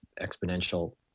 exponential